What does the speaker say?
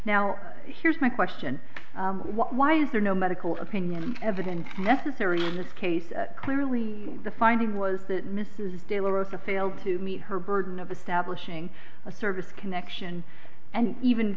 now here's my question why is there no medical opinion evidence necessary in this case clearly the finding was that mrs dale or the failed to meet her burden of establishing a service connection and even